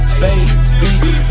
baby